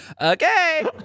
Okay